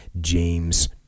James